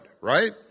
right